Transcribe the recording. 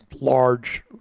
large